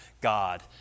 God